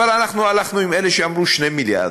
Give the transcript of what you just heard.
אבל אנחנו הלכנו עם אלה שאמרו 2 מיליארד,